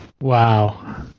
Wow